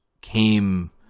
came